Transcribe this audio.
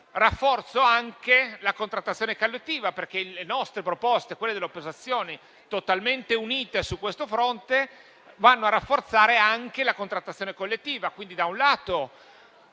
rafforzo anche la contrattazione collettiva, perché le nostre proposte, quelle delle opposizioni, totalmente unite su questo fronte, vanno a rafforzare anche la contrattazione collettiva.